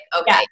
okay